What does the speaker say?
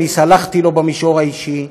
אני סלחתי לו במישור האישי,